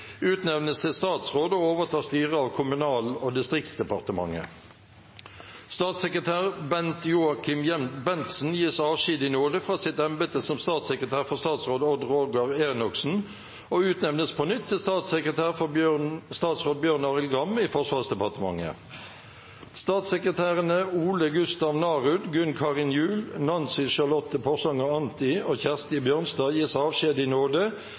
utnevnes til statsråd og overtar styret av Kommunal- og distriktsdepartementet. Statssekretær Bent-Joacim Bentzen gis avskjed i nåde fra sitt embete som statssekretær for statsråd Odd Roger Enoksen og utnevnes på nytt til statssekretær for statsråd Bjørn Arild Gram i Forsvarsdepartementet. Statssekretærene Ole Gustav Narud, Gunn Karin Gjul, Nancy Charlotte Porsanger Anti og Kjersti Bjørnstad gis avskjed i